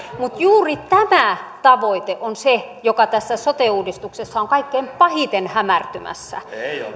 mutta juuri tämä tavoite on se joka tässä sote uudistuksessa on kaikkein pahiten hämärtymässä